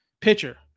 pitcher